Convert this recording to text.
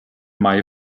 mai